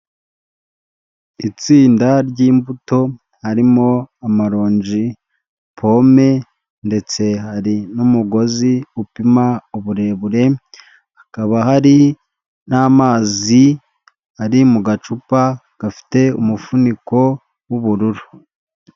Itsinda ry'imbuto harimo amaronji, pome ndetse hari n'umugozi upima uburebure, hakaba hari n'amazi ari mu gacupa gafite umufuniko w'ubururu.